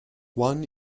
one